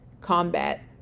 combat